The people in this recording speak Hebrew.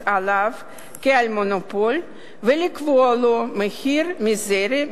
עליו כעל מונופול ולקבוע לו מחיר מזערי,